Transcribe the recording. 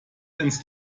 ins